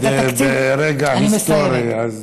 השרה שקד ברגע היסטורי.